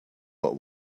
what